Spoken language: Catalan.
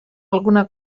alguna